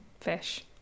fish